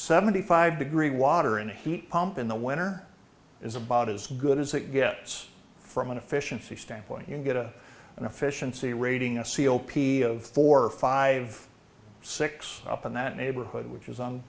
seventy five degree water and heat pump in the winner is about as good as it gets from an efficiency standpoint you get a and efficiency rating a c o p of four or five or six up in that neighborhood which is on